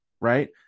right